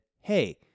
Hey